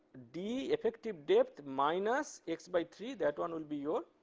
d effective depth minus x by three that one will be your,